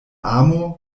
amo